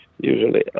usually